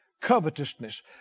covetousness